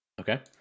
Okay